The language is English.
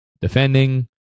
Defending